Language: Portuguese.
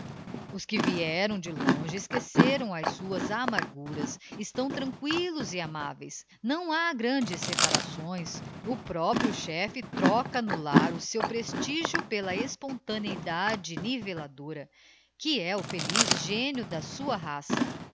os que vieram de longe esqueceram as suas amarguras estão tranquillos e amáveis não ha grandes separações o próprio chefe troca no lar o seu prestigio pela espontaneidade niveladora que é o feliz génio da sua raça